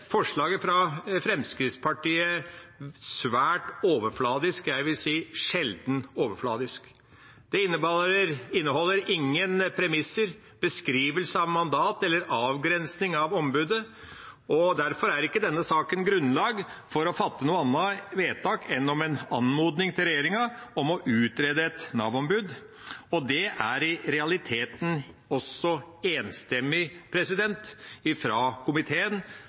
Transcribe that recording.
forslaget fra Fremskrittspartiet svært overfladisk – jeg vil si sjeldent overfladisk. Det inneholder ingen premisser, beskrivelse av mandat eller avgrensning av ombudet, og derfor er ikke denne saken grunnlag for å fatte noe annet vedtak enn en anmodning til regjeringa om å utrede et Nav-ombud. Det er i realiteten også enstemmig fra komiteen,